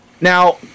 Now